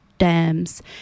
dams